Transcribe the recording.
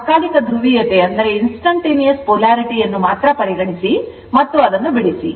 ತಾತ್ಕಾಲಿಕ ಧ್ರುವೀಯತೆಯನ್ನು ಮಾತ್ರ ಪರಿಗಣಿಸಿ ಮತ್ತು ಅದನ್ನು ಬಿಡಿಸಿ